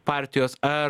partijos ar